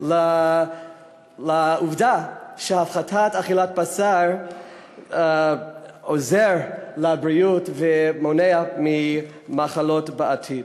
את העובדה שהפחתת אכילת בשר עוזרת לבריאות ומונעת מחלות בעתיד.